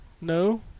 No